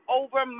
over